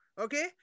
Okay